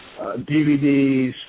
DVDs